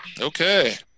Okay